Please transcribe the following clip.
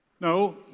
No